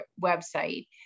website